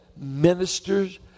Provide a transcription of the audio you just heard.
ministers